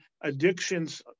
addictions